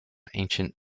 ancient